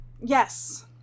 yes